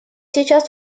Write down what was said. сейчас